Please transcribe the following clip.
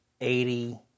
Eighty